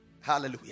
Hallelujah